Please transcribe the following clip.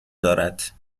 دارد